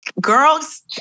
Girls